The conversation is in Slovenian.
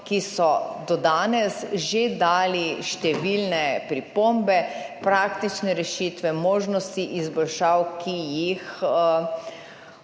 ki so do danes že dali številne pripombe, praktične rešitve, možnosti izboljšav, ki jih